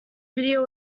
video